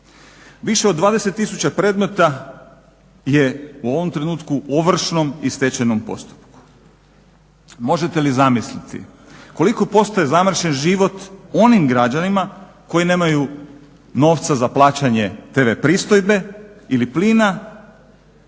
Više od 20000 predmeta je u ovom trenutku u ovršnom i stečajnom postupku. Možete li zamisliti koliko postaje zamršen život onim građanima koji nemaju novca za plaćanje tv pristojbe ili plina,